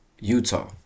Utah